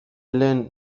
lehen